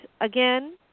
again